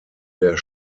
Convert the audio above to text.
der